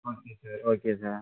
okay sir okay sir